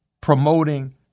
promoting